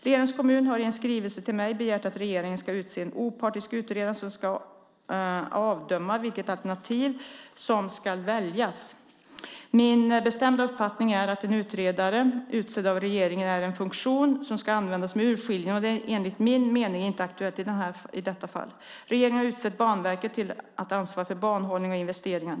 Lerums kommun har i en skrivelse till mig begärt att regeringen ska utse en opartisk utredare som ska avdöma vilket alternativ som ska väljas. Min bestämda uppfattning är att en utredare utsedd av regeringen är en funktion som ska användas med urskiljning, och det är enligt min mening inte aktuellt i detta fall. Regeringen har utsett Banverket till att ansvara för banhållning och investeringar.